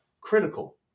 critical